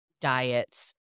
diets